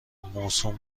مصون